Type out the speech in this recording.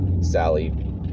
Sally